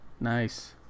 Nice